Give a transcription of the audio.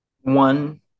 One